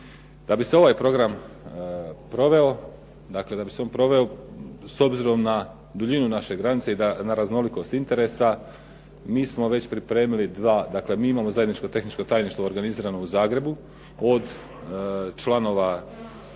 Da bi se ovaj program proveo dakle, da bi se on proveo s obzirom na duljinu naše granice i na raznolikost interesa mi smo već pripremili dva, dakle, mi imamo zajedničko tehničko tajništvo organizirano u Zagrebu od članova,